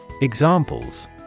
Examples